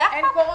זה החוק.